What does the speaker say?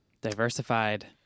Diversified